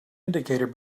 indicator